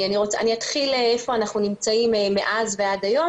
אני אתחיל ואומר היכן אנחנו נמצאים מאז ועד היום